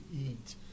eat